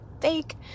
Fake